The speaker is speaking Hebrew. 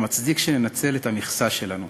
המצדיק שננצל את המכסה שלנו.